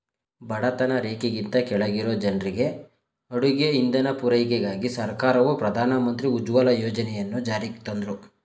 ಬಡತನ ರೇಖೆಗಿಂತ ಕೆಳಗಿರೊ ಜನ್ರಿಗೆ ಅಡುಗೆ ಇಂಧನ ಪೂರೈಕೆಗಾಗಿ ಸರ್ಕಾರವು ಪ್ರಧಾನ ಮಂತ್ರಿ ಉಜ್ವಲ ಯೋಜನೆಯನ್ನು ಜಾರಿಗ್ತಂದ್ರು